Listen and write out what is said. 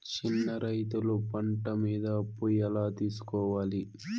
చిన్న రైతులు పంట మీద అప్పు ఎలా తీసుకోవాలి?